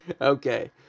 Okay